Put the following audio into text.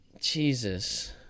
Jesus